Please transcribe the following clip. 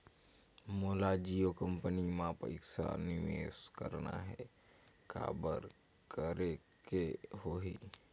मोला जियो कंपनी मां पइसा निवेश करना हे, काबर करेके होही?